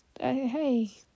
hey